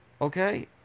Okay